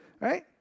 Right